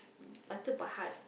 Batu-Pahat